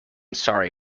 sorry